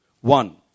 one